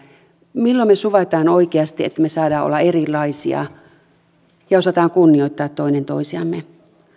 milloin me suvaitsemme oikeasti että me saamme olla erilaisia ja osaamme kunnioittaa toinen toisiamme